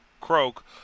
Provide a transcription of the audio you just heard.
Croak